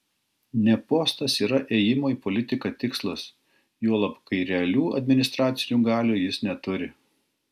ne postas yra ėjimo į politiką tikslas juolab kai realių administracinių galių jis neturi